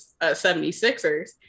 76ers